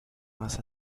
más